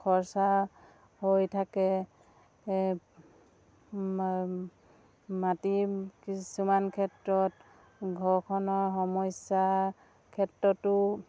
খৰচা হৈ থাকে মাটি কিছুমান ক্ষেত্ৰত ঘৰখনৰ সমস্যাৰ ক্ষেত্ৰতো